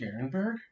Garenberg